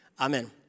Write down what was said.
Amen